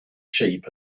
sheep